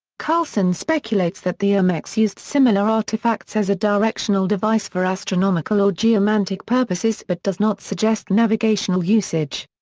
carlson speculates that the olmecs used similar artifacts as a directional device for astronomical or geomantic purposes but does not suggest navigational usage.